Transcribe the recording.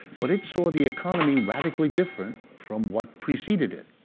but it saw the economy radically different from what preceded it.